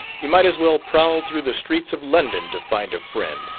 you might as well prowl through the streets of london to find a friend,